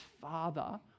Father